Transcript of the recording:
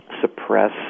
suppress